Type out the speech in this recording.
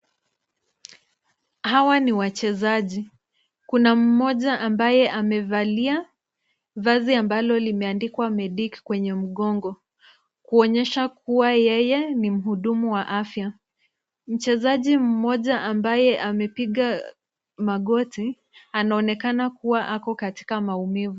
Hawa ni wachezaji. Kuna mmoja ambaye amevalia vazi ambalo limeandikwa medic kwenye mgongo, kuonyesha kuwa yeye ni mhudumu wa afya. Mchezaji mmoja ambaye amepiga magoti, anaonekana kuwa ako katika maumivu.